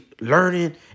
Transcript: learning